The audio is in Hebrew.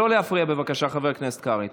לא להפריע, בבקשה, חבר הכנסת קרעי.